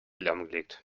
lahmgelegt